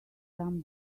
some